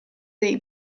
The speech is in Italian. dei